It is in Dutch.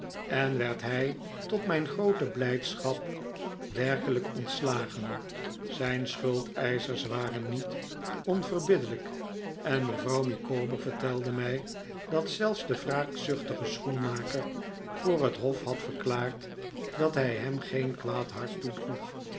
en werd hij tot mijn groote blijdschap werkelijk ontslagen zijn schuldeischers waren niet onverbiddelijk en mevrouw micawber vertelde mij dat zelfs de wraakzuchtige schoenmaker voor het hof had verklaard dat hij hem geen kwaad hart toedroeg